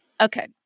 okay